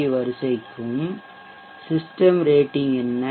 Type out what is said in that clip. we வரிசைக்ககும் system rating என்ன